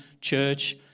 church